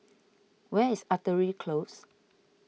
where is Artillery Close